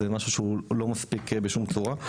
זה משהו שהוא לא מספיק בשום צורה,